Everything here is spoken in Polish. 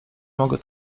mogę